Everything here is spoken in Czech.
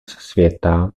světa